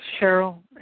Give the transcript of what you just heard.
Cheryl